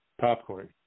popcorn